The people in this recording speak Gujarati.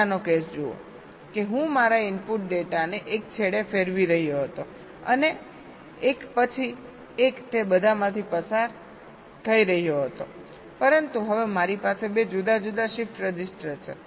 પહેલાનો કેસ જુઓ કે હું મારા ઇનપુટ ડેટાને એક છેડે ફેરવી રહ્યો હતો અને તે એક પછી એક તે બધામાંથી પસાર થઈ રહ્યો હતો પરંતુ હવે મારી પાસે 2 જુદા જુદા શિફ્ટ રજિસ્ટર છે